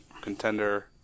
contender